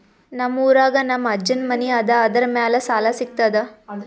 ನಮ್ ಊರಾಗ ನಮ್ ಅಜ್ಜನ್ ಮನಿ ಅದ, ಅದರ ಮ್ಯಾಲ ಸಾಲಾ ಸಿಗ್ತದ?